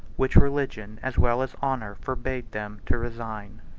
which religion as well as honor forbade them to resign.